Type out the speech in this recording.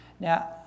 Now